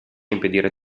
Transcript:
impedire